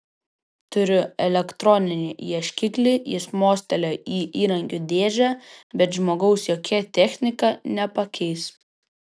turiu elektroninį ieškiklį jis mostelėjo į įrankių dėžę bet žmogaus jokia technika nepakeis